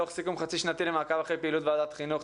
דוח סיכום חצי שנתי למעקב אחרי פעילות ועדת חינוך,